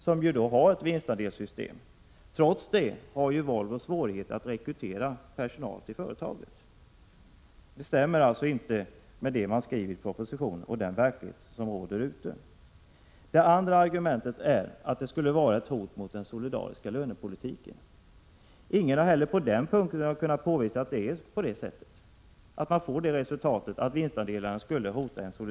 Volvo har ju ett vinstandelssystem. Trots detta har Volvo svårt att rekrytera personal. Det man skriver i propositionen stämmer alltså inte med den verklighet som råder. Det andra argumentet är att vinstandelssystemen skulle vara ett hot mot den solidariska lönepolitiken. Ingen har kunnat påvisa att så är fallet.